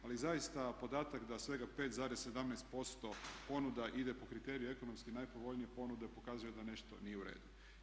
Ali zaista podatak da svega 5,17% ponuda ide po kriteriju ekonomski najpovoljnije ponude pokazuje da nešto nije u redu.